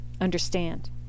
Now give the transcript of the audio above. understand